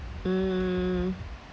mm